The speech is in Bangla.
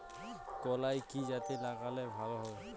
কলাই কি জাতে লাগালে ভালো হবে?